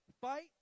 fight